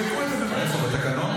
שמותר בתקנון,